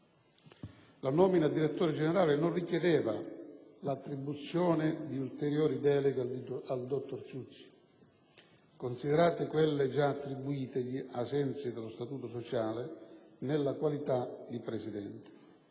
La nomina a direttore generale non richiedeva l'attribuzione di ulteriori deleghe al dottor Ciucci, considerate quelle già attribuitegli ai sensi dello statuto sociale nella qualità di presidente.